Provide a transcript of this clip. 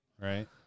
right